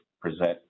present